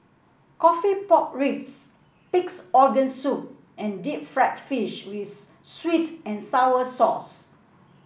coffee Pork Ribs Pig's Organ Soup and Deep Fried Fish with sweet and sour sauce